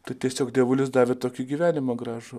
tai tiesiog dievulis davė tokį gyvenimą gražų